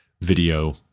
video